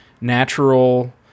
natural